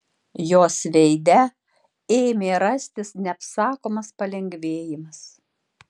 jos veide ėmė rastis neapsakomas palengvėjimas